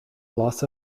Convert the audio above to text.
loss